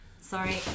sorry